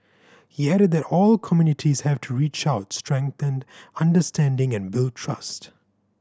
he added that all communities have to reach out strengthen understanding and build trust